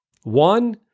One